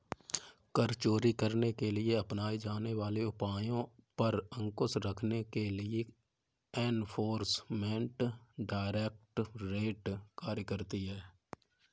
कर चोरी करने के लिए अपनाए जाने वाले उपायों पर अंकुश रखने के लिए एनफोर्समेंट डायरेक्टरेट कार्य करती है